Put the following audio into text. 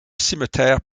cimetière